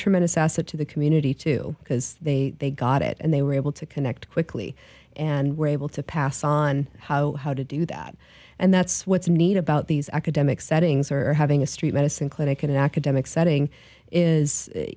tremendous asset to the community too because they they got it and they were able to connect quickly and were able to pass on how how to do that and that's what's neat about these academic settings or having a street medicine clinic in an academic setting is